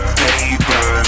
paper